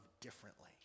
differently